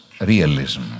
realism